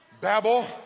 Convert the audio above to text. babble